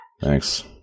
thanks